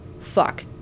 fuck